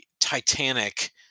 Titanic